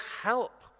help